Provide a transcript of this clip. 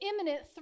imminent